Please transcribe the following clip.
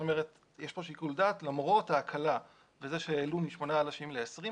יש פה שיקול דעת למרות ההקלה בזה שהעלו משמונה אנשים ל-20,